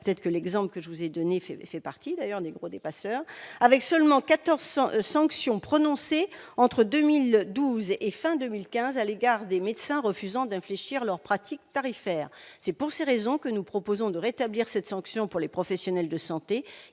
peut-être que l'exemple que je vous ai donné fait fait partie d'ailleurs des gros, des passeurs avec seulement 1400 sanctions prononcées entre 2012 et fin 2015 à l'égard des médecins refusant d'infléchir leur pratiques tarifaires, c'est pour ces raisons que nous proposons de rétablir cette sanction pour les professionnels de santé